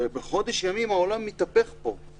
בחודש ימים העולם מתהפך פה,